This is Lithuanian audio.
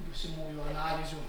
būsimųjų analizių